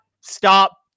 stop